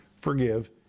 forgive